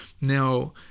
Now